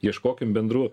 ieškokim bendrų